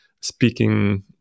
speaking